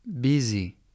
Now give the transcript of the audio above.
busy